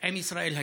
עם ישראל היום.